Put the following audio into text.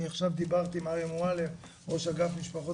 עכשיו דיברתי עם אריה מועלם ראש אגף משפחות